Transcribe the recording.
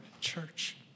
church